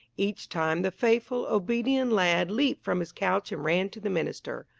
each time the faithful, obedient lad leaped from his couch and ran to the minister.